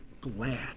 glad